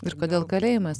ir kodėl kalėjimas